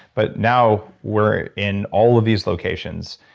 but now we're in all of these locations.